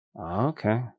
Okay